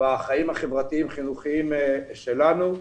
בחיים החברתיים-חינוכיים שלנו.